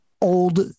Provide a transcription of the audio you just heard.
old